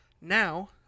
now